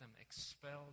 expelled